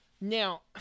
Now